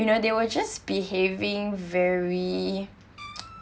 you know they were just behaving very